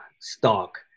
stock